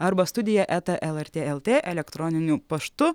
arba studija eta lrt lt elektroniniu paštu